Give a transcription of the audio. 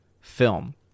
film